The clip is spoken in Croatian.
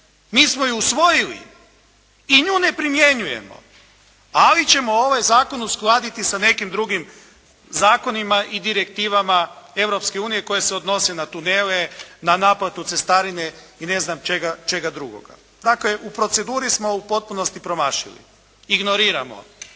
Mi smo je usvojili i nju ne primjenjujemo, ali ćemo ovaj zakon uskladiti sa nekim drugim zakonima i direktivama Europske unije koje se odnose na tunele, na naplatu cestarine i ne znam čega drugoga. Dakle, u proceduri smo u potpunosti promašili, ignoriramo.